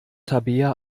tabea